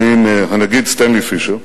ועם הנגיד סטנלי פישר.